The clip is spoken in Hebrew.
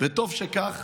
וטוב שכך.